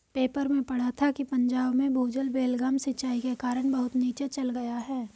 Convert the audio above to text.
paper में पढ़ा था कि पंजाब में भूजल बेलगाम सिंचाई के कारण बहुत नीचे चल गया है